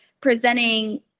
presenting